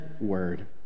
word